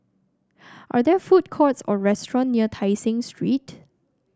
are there food courts or restaurant near Tai Seng Street